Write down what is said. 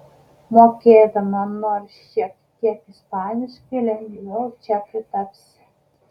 mokėdama nors šiek tiek ispaniškai lengviau čia pritapsi